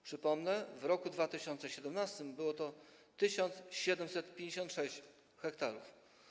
Przypomnę, że w roku 2017 było to 1756 ha.